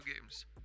games